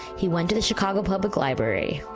he went to the chicago public library,